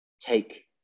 take